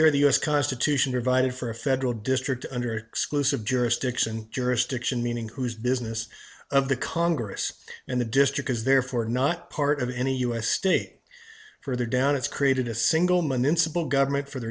here the us constitution divided for a federal district under exclusive jurisdiction jurisdiction meaning whose business of the congress and the district is therefore not part of any us state further down it's created a single man in civil government for the